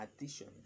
addition